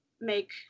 make